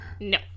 No